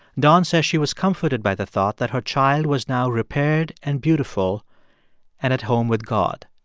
don says she was comforted by the thought that her child was now repaired and beautiful and at home with god.